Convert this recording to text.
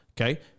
okay